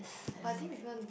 but didn't even